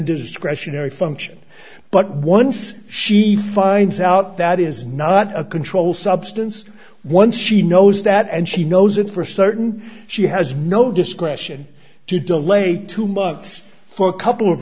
discretionary function but once she finds out that is not a controlled substance once she knows that and she knows it for certain she has no discretion to delay two months for a couple of